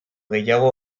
gehiago